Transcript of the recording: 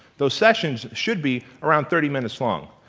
those sessions should be around thirty minutes long.